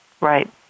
Right